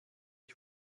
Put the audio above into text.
ich